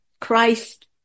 Christ